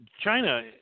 China